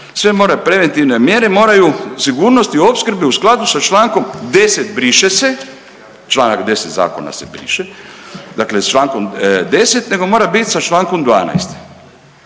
„se moraju preventivne mjere moraju sigurnosti opskrbe u skladu sa člankom 10. briše se.“ Članak 10. Zakona se briše. Dakle, člankom 10., nego mora biti sa člankom 12.